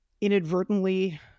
inadvertently